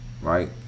right